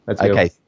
okay